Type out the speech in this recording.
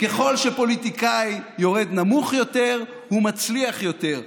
ככל שפוליטיקאי יורד נמוך יותר הוא מצליח יותר,